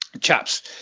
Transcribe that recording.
Chaps